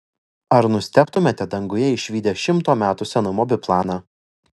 ar nustebtumėte danguje išvydę šimto metų senumo biplaną